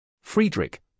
Friedrich